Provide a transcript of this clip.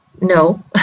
no